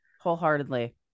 wholeheartedly